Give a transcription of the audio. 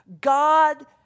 God